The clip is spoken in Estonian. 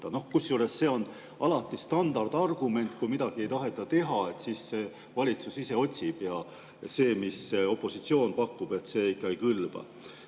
Kusjuures see on alati standardargument, et kui midagi ei taheta teha, siis valitsus ise otsib, ja see, mis opositsioon pakub, ikka ei kõlba.